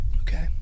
Okay